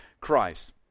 Christ